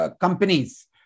companies